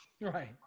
Right